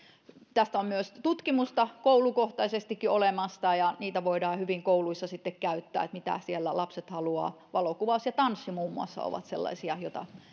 tästä on myös tutkimusta koulukohtaisestikin olemassa ja niitä voidaan hyvin kouluissa sitten käyttää että mitä siellä lapset haluavat valokuvaus ja tanssi muun muassa ovat sellaisia joita